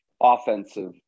offensive